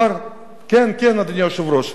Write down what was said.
כן, כן, אדוני היושב-ראש.